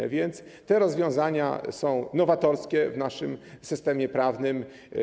Tak więc te rozwiązania są nowatorskie w naszym systemie prawnym.